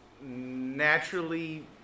naturally